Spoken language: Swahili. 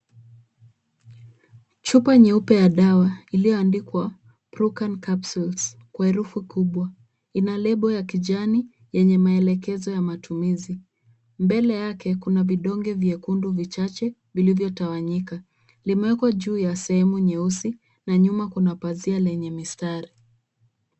Chupa nyeupe ya dawa iliyoandikwa Prucan capsule kwa herufi kubwa. Ina lebo ya kijani yenye maelekezo ya matumizi. Mbele yake kuna vidonge vyekundu vichache vilivyotawanyika. Limewekwa juu ya sehemu nyeusi na nyuma kuna pazia yenye mistari.